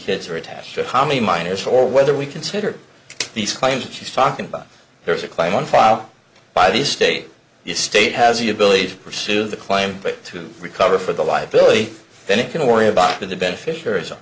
kids are attached to how many minors or whether we consider these claims she's talking about there's a claim on file by the state the state has the ability to pursue the claim but to recover for the liability then it can worry about the beneficiar